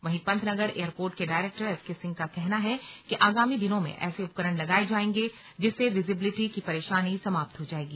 वहीं पंतनगर एयरपोर्ट के director S K Singh का कहना है आगामी दिनों में ऐसे उपकरण लगाए जाएंगे जिससे विजिबिलिटी की परेशानी समाप्त हो जाएगी